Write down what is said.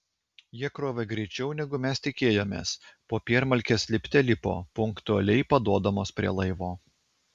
jie krovė greičiau negu mes tikėjomės popiermalkės lipte lipo punktualiai paduodamos prie laivo